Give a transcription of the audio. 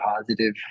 positive